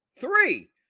Three